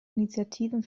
initiativen